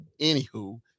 anywho